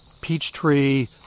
Peachtree